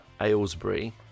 Aylesbury